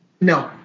No